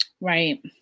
Right